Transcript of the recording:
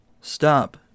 stop